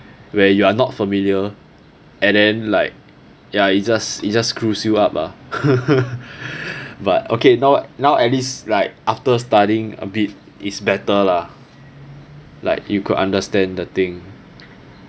where you are not familiar and then like ya it's just it's just screws you up lah but okay now now at least like after studying a bit is better lah like you could understand the thing